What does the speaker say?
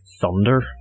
thunder